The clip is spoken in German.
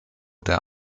der